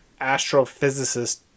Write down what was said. astrophysicist